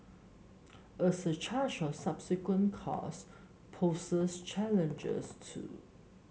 a surcharge on subsequent cars poses challenges too